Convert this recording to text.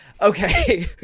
Okay